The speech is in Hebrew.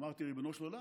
אמרתי, ריבונו של עולם,